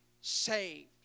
saved